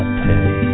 pay